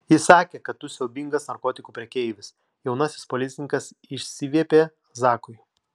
ji sakė kad tu siaubingas narkotikų prekeivis jaunasis policininkas išsiviepė zakui